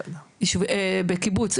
בקיבוץ,